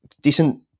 Decent